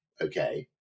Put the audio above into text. Okay